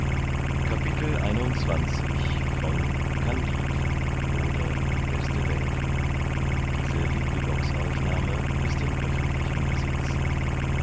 oder die beste welt mit den